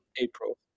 April